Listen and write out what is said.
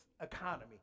economy